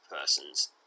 persons